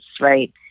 right